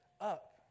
up